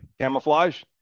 Camouflage